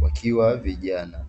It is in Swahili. wakiwa vijana.